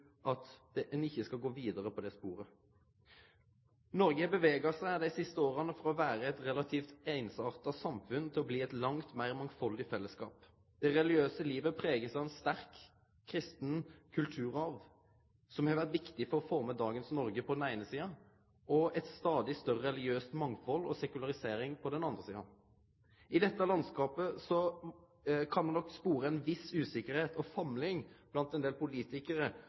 at ein ikkje skal gå vidare på det sporet. Noreg har dei siste åra gått frå å vere eit relativt einsarta samfunn til å bli eit langt meir mangfaldig fellesskap. Det religiøse livet er prega av ein sterk kristen kulturarv som har vore viktig for å forme dagens Noreg på den eine sida, og eit stadig større religiøst mangfald, og sekularisering, på den andre sida. I dette landskapet kan ein nok spore ei viss usikkerheit og famling blant ein del politikarar